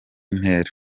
ntera